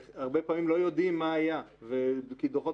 הרבה פעמים לא יודעים מה היה כי דוחות